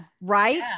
Right